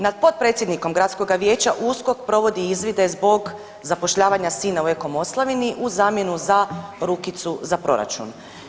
Nad potpredsjednikom gradskog vijeća USKOK provodi izvide zbog zapošljavanja sina u Eko Moslavini u zamjenu za rukicu za proračun.